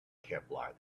kevlar